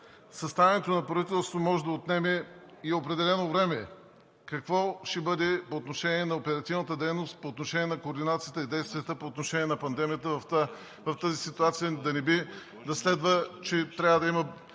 Съставянето на правителство може да отнеме и определено време, какво ще бъде по отношение на оперативната дейност, по отношение на координацията и действията по отношение на пандемията в тази ситуация? Да не би да следва, че трябва да има